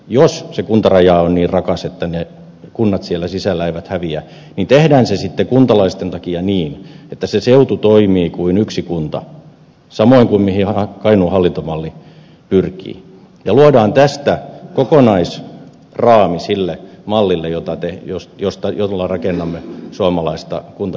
jos se kuntaraja on niin rakas että ne kunnat siellä sisällä eivät häviä tehdään se sitten kuntalaisten takia niin että se seutu toimii kuin yksi kunta samoin kuin mihin kainuun hallintomalli pyrkii ja luodaan tästä kokonaisraami sille mallille jolla rakennamme suomalaista kunta ja palvelurakennetta